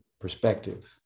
perspective